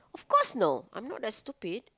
of course no I'm not that stupid